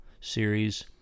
series